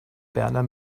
berner